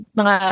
mga